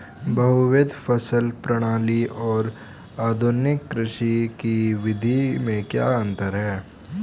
बहुविध फसल प्रणाली और आधुनिक कृषि की विधि में क्या अंतर है?